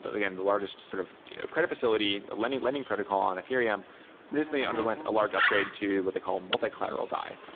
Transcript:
but again, the largest sort of you know credit facility, lending lending protocol on ethereum recently underwent a large upgrade to what they call multi-collateral dai.